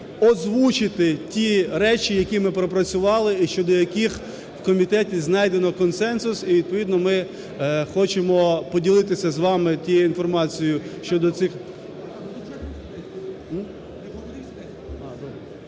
озвучити ті речі, які ми пропрацювали і щодо яких в комітеті знайдено консенсус і відповідно ми хочемо поділитися з вами тією інформацією щодо цих…